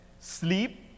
sleep